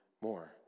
more